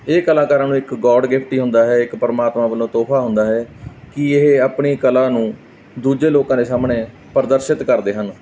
ਇਹ ਕਲਾਕਾਰਾਂ ਨੂੰ ਇੱਕ ਗੋਡ ਗਿਫਟ ਹੀ ਹੁੰਦਾ ਹੈ ਇੱਕ ਪਰਮਾਤਮਾ ਵੱਲੋਂ ਤੋਹਫ਼ਾ ਹੁੰਦਾ ਹੈ ਕਿ ਇਹ ਆਪਣੀ ਕਲਾ ਨੂੰ ਦੂਜੇ ਲੋਕਾਂ ਦੇ ਸਾਹਮਣੇ ਪ੍ਰਦਰਸ਼ਿਤ ਕਰਦੇ ਹਨ